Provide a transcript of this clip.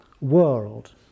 world